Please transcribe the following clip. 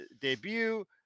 debut